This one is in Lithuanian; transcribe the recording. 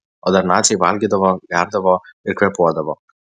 o dar naciai valgydavo gerdavo ir kvėpuodavo